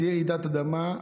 תהיה רעידת אדמה,